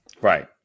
right